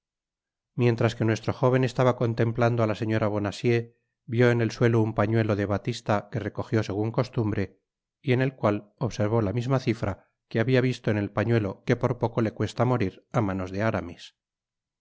mientras que nuestro jóven estaba contemplando á la señora bonacieux vió en el suelo un pañuelo de batista que recogió segun costumbre y en el cual observó la misma cifra que habia visto en el pañuelo que por poco le cuesta morir á manos de aramis